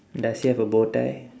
does he have a bow tie